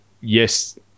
yes